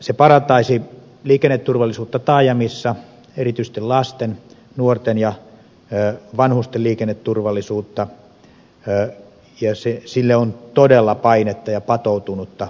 se parantaisi liikenneturvallisuutta taajamissa erityisesti lasten nuorten ja vanhusten liikenneturvallisuutta ja sille on todella painetta ja patoutunutta tarvetta